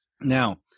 Now